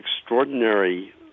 extraordinary